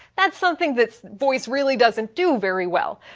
that's something that's voice really doesn't do very well.